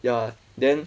ya then